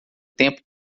tempo